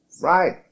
Right